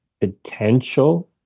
potential